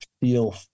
feel